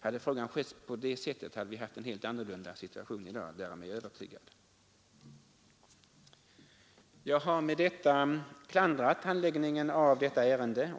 Hade frågan skötts på det sättet hade vi haft en helt annorlunda situation i dag, därom är jag övertygad. Jag har med detta klandrat handläggningen av detta ärende.